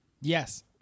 Yes